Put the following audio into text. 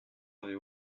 avez